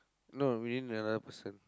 no we need another person